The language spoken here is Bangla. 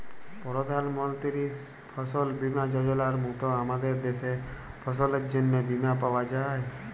পরধাল মলতির ফসল বীমা যজলার মত আমাদের দ্যাশে ফসলের জ্যনহে বীমা পাউয়া যায়